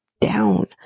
down